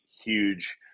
huge